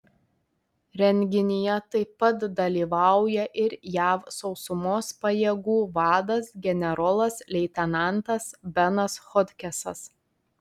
renginyje taip pat dalyvauja ir jav sausumos pajėgų vadas generolas leitenantas benas hodgesas